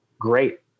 great